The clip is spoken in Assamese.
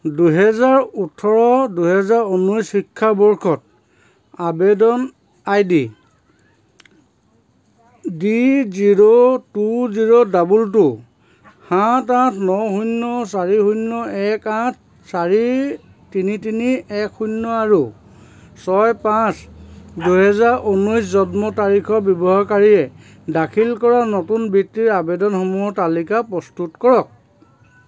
দুহেজাৰ ওঠৰ দুহেজাৰ ঊনৈছ শিক্ষাবৰ্ষত আবেদন ID D zero two zero double two সাত আঠ ন শূন্য চাৰি শূন্য এক আঠ চাৰি তিনি তিনি এক শূন্য আৰু ছয় পাঁচ দুহেজাৰ ঊনৈছ জন্মৰ তাৰিখৰ ব্যৱহাৰকাৰীয়ে দাখিল কৰা নতুন বৃত্তিৰ আবেদনসমূহৰ তালিকা প্ৰস্তুত কৰক